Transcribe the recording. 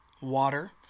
water